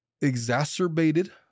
exacerbated